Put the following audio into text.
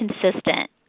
consistent